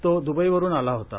तो दुबईवरून आला होतं